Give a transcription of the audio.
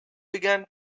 began